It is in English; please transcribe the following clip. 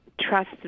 trust